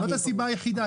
זאת הסיבה היחידה.